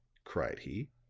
cried he,